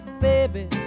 baby